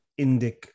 indic